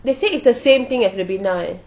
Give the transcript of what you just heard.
they say it's the same thing as ribena eh